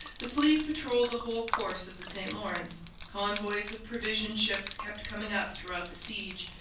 the fleet patrolled the whole course of the st lawrence convoys of provision ships kept coming up throughout the siege,